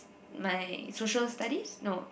my social studies no